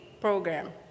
program